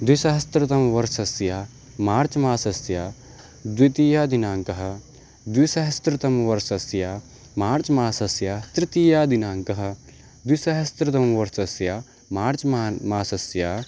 द्विसहस्रतमवर्षस्य मार्च् मासस्य द्वितीयदिनाङ्कः द्विसस्रतमवर्षस्य मार्च् मासस्य तृतीयदिनाङ्कः द्विसहस्रतमवर्षस्य मार्च् मासः मासस्य